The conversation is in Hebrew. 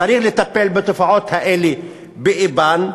צריך לטפל בתופעות האלה באִבן.